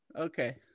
Okay